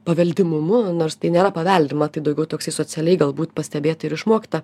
paveldimumu nors tai nėra paveldima tai daugiau toksai socialiai galbūt pastebėta ir išmokta